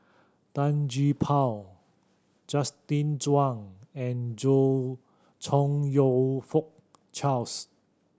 Tan Gee Paw Justin Zhuang and Chong You Fook Charles